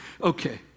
Okay